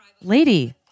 Lady